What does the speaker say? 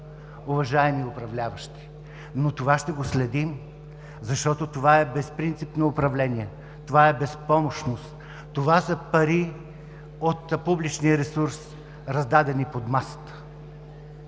уважаеми управляващи! Това ще го следим, защото това е безпринципно управление, това е безпомощност, това са пари от публичния ресурс, раздадени под масата.